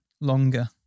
longer